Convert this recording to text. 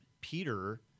Peter